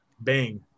Bang